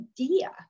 idea